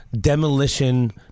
demolition